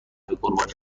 قربانی